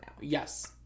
Yes